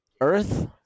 Earth